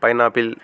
pineapple